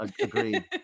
Agreed